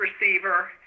receiver